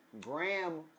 Graham